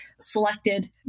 selected